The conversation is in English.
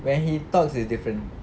when he talks is different